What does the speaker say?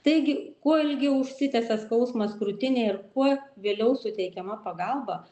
taigi kuo ilgiau užsitęsia skausmas krūtinėje ir kuo vėliau suteikiama pagalba